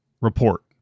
Report